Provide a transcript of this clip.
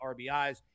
RBIs